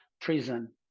prison